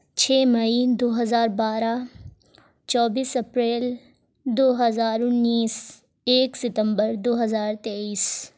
چھ مئی دو ہزار بارہ چوبیس اپریل دو ہزار انیس ایک ستمبر دو ہزار تیئیس